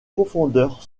profondeur